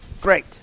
Great